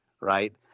right